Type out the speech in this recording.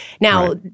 Now